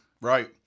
Right